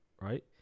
right